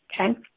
Okay